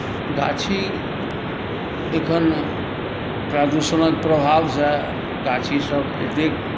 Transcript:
गाछी एखन प्रदूषणक प्रभावसँ गाछी सभ एतेक